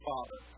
Father